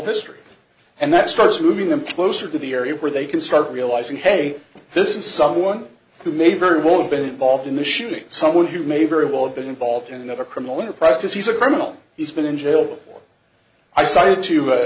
history and that starts moving them closer to the area where they can start realizing hey this is someone who may very well have been volved in the shooting someone who may very well have been involved in another criminal enterprise because he's a criminal he's been in jail before i started to